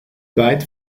weit